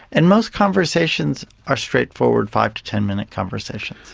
and most conversations are straightforward five to ten minute conversations.